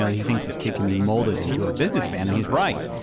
ah he thinks this kid can be molded into a businessman and he's right.